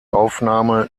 aufnahme